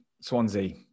Swansea